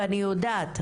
ואני יודעת,